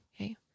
okay